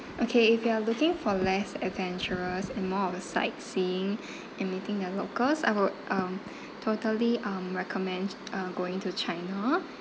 okay if you are looking for less adventurous and more of a sightseeing and meeting their locals I would um totally um recommends uh going to china